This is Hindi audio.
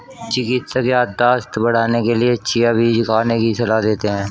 चिकित्सक याददाश्त बढ़ाने के लिए चिया बीज खाने की सलाह देते हैं